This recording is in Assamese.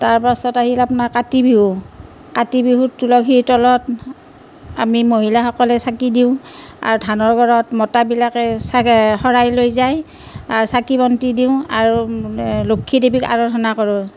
তাৰ পাছত আহিল আপোনাৰ কাতি বিহু কাতি বিহুত তুলসীৰ তলত আমি মহিলাসকলে চাকি দিওঁ আৰু ধানৰ ঘৰত মতাবিলাকে চাগে শৰাই লৈ যায় আৰু চাকি বন্তি দিওঁ আৰু লক্ষ্মী দেৱীক আৰধনা কৰোঁ